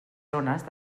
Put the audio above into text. zones